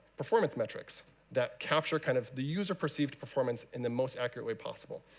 performance metrics that capture kind of the user-perceived performance in the most accurate way possible.